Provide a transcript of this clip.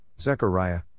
Zechariah